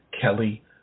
Kelly